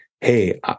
hey